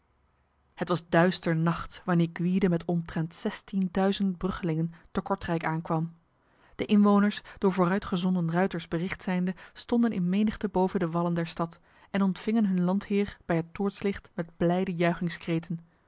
het was duister nacht wanneer gwyde met omtrent zestienduizend bruggelingen te kortrijk aankwam de inwoners door vooruitgezonden ruiters bericht zijnde stonden in menigte boven de wallen der stad en ontvingen hun landheer bij het toortslicht met blijde